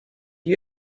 you